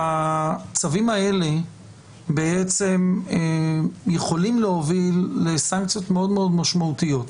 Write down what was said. הצווים האלה יכולים להוביל לסנקציות מאוד מאוד משמעותיות.